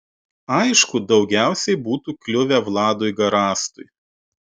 aišku daugiausiai būtų kliuvę vladui garastui